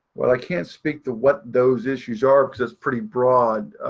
well, i can't speak to what those issues are because it's pretty broad.